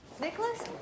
Nicholas